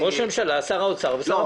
ראש הממשלה, שר האוצר ושר הפנים.